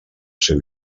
seu